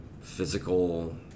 physical